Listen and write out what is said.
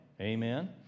Amen